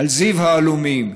"על זיו העלומים.